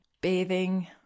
bathing